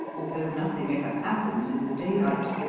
although nothing ever happens in the daylight,